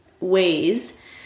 ways